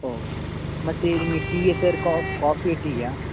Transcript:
okay ಮತ್ತು ನಿಮಗೆ ಟೀಯೋ ಸರ್ ಕಾಫಿಯೋ ಟೀಯೋ